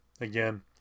again